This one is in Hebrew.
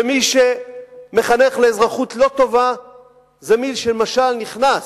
ומי שמחנך לאזרחות לא טובה זה מי שלמשל נכנס,